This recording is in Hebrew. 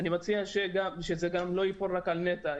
אני גם מציע שזה לא ייפול רק על נת"ע.